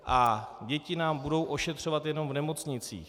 A děti nám budou ošetřovat jenom v nemocnicích?